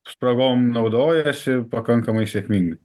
spragom naudojasi pakankamai sėkmingai